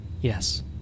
Yes